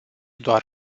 doar